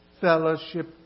fellowship